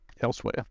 elsewhere